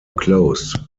closed